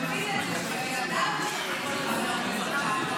שמביא את זה --- וחבר הכנסת כהנא.